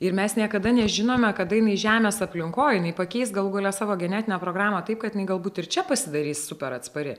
ir mes niekada nežinome kada jinai žemės aplinkoje jinai pakeis galų gale savo genetinę programą taip kad jinai galbūt ir čia pasidarys super atspari